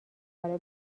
حالا